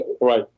Right